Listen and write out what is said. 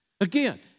Again